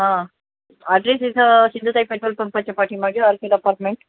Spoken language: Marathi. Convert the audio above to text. हा ॲड्रेस इथं सिंधुताई पेट्रोल पंपाच्या पाठीमागे आर्किड अपार्टमेंट